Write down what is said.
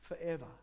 forever